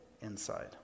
inside